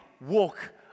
walk